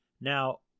Now